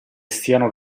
stiano